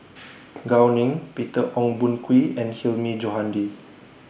Gao Ning Peter Ong Boon Kwee and Hilmi Johandi